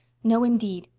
no, indeed.